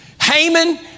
Haman